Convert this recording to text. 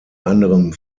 anderem